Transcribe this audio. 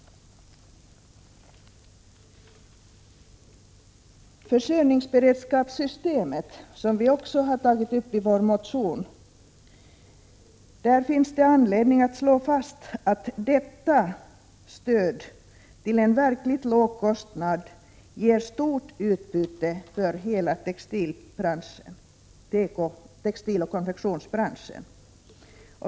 1986/87:133 Beträffande försörjningsberedskapssystemet, som vi också tagit upp i vår 1 juni 1987 motion, finns anledning att slå fast att detta stöd till en verkligt låg kostnad Tora mor or. — ger stort utbyte för hela textiloch konfektionsbranschen.